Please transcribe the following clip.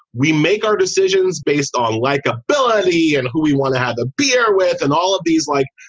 we make our decisions based on likability and who we want to have a beer with and all of these like,